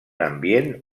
ambient